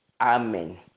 amen